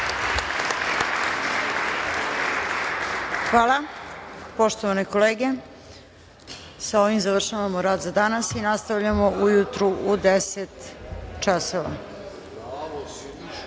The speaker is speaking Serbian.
poslanici, poštovane kolege, sa ovim završavamo rad za danas i nastavljamo ujutro u 10,00 sati.